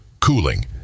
cooling